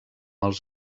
els